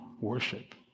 worship